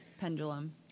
pendulum